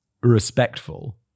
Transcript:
respectful